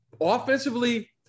Offensively